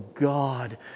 God